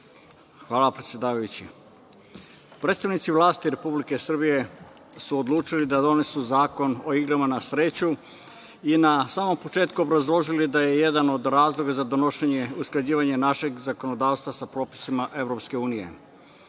Hvala, predsedavajući. Predstavnici vlasti Republike Srbije su odlučili da donesu Zakon o igrama na sreću i na samom početku obrazložili da je jedan od razloga za donošenje, usklađivanje našeg zakonodavstva sa propisima EU.Razlog više